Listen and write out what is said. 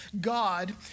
God